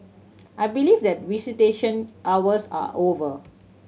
I believe that visitation hours are over